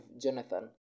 Jonathan